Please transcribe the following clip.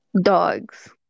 Dogs